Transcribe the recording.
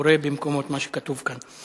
קורא במקומו את מה שכתוב כאן.